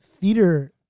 theater